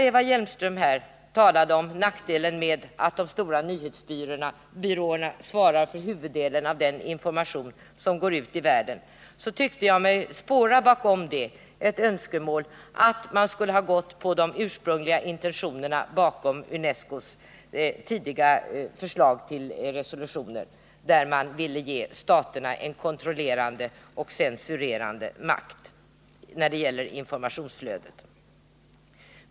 Eva Hjelmström talade om nackdelen med att de stora nyhetsbyråerna svarar för huvuddelen av den information som går ut i världen, och jag tyckte mig bakom detta kunna spåra ett önskemål om att man borde ha följt de ursprungliga intentionerna i UNESCO:s tidigare förslag till resolutioner, där man ville ge staterna en kontrollerande och censurerande makt när det gäller informationsflödet.